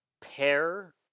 pair